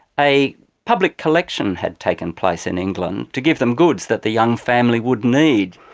a public collection had taken place in england to give them goods that the young family would need.